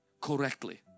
correctly